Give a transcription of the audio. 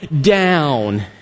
down